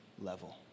level